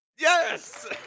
Yes